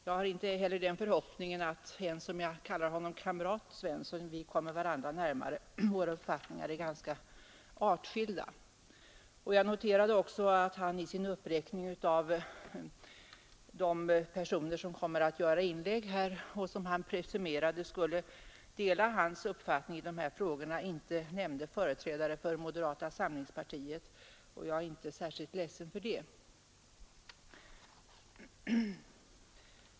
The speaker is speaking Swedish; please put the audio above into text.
Jag har inte heller den förhoppningen att vi, ens om jag kallar honom kamrat Svensson, kommer varandra närmare. Våra uppfattningar är ganska artskilda. Jag noterar också att han i sin uppräkning av de personer, som kommer att göra inlägg här och som han presumerade skulle dela hans uppfattning i de här frågorna, inte nämnde företrädare för moderata samlingspartiet, och jag är inte särskilt ledsen för det.